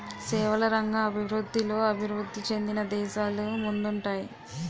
సేవల రంగం అభివృద్ధిలో అభివృద్ధి చెందిన దేశాలు ముందుంటాయి